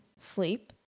sleep